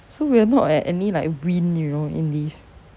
so we are not at any like win you know in this